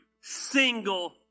single